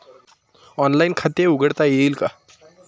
Online खाते उघडता येईल का?